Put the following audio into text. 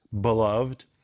beloved